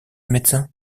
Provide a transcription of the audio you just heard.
médecin